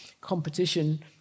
competition